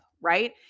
Right